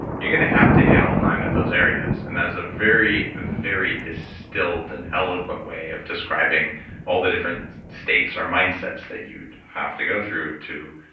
you're going to have to hit all nine of those areas, and that's a very, very distilled and eloquent way of describing all the different states or mindsets that you have to go through to,